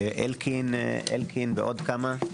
אלקין ועוד כמה.